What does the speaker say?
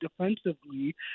defensively